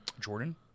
Jordan